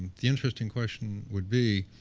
the interesting question would be